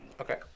Okay